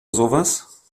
sowas